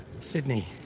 Sydney